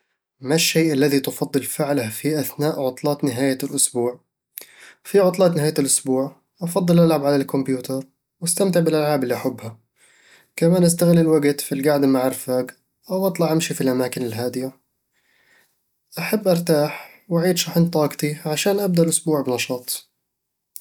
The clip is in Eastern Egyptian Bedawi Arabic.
ما الشيء الذي تفضل فعله في أثناء عطلات نهاية الأسبوع؟ في عطلات نهاية الأسبوع أفضل ألعب على الكمبيوتر وأستمتع بالألعاب اللي أحبها كمان أستغل الوقت في قعدة مع الرفاق أو أطلع أمشي في الأماكن الهادية أحب أرتاح وأعيد شحن طاقتي عشان أبدأ الأسبوع بنشاط